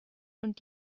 und